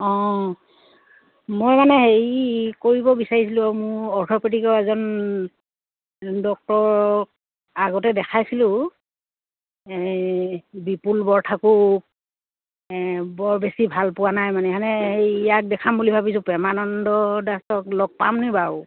অঁ মই মানে হেৰি কৰিব বিচাৰিছিলোঁ মোৰ অৰ্থপেটিকৰ এজন ডক্টৰক আগতে দেখাইছিলোঁ এই বিপুল বৰঠাকুৰ বেছি ভাল পোৱা নাই মানে সেনে ইয়াক দেখাম বুলি ভাবিছোঁ প্ৰেমানন্দ দাসক লগ পামনে বাউ